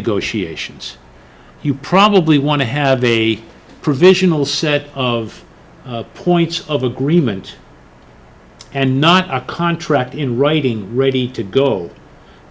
negotiations you probably want to have a provisional set of points of agreement and not a contract in writing ready to go